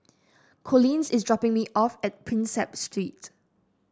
Collins is dropping me off at Prinsep Street